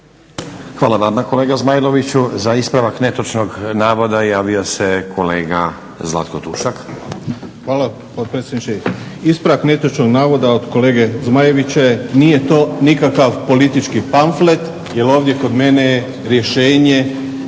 Hvala vam kolega Zmajloviću. Za ispravak netočnog navoda javio se kolega Zlatko Tušak. **Tušak, Zlatko (Hrvatski laburisti - Stranka rada)** Hvala potpredsjedniče. Ispravak netočnog navoda od kolege Zmajlovića je nije to nikakav politički pamflet jer ovdje kod mene je rješenje